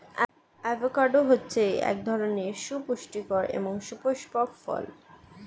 avocado হচ্ছে এক ধরনের সুপুস্টিকর এবং সুপুস্পক ফল